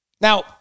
Now